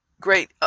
great